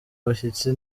abashyitsi